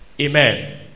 Amen